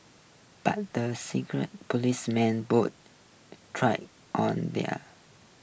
but the secret police man try on their